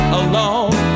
alone